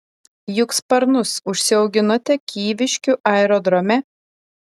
juk sparnus užsiauginote kyviškių aerodrome